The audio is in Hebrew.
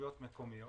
רשויות מקומיות,